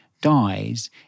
dies